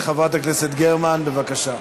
חברת הכנסת גרמן, בבקשה.